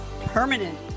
permanent